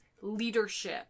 leadership